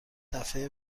دفعه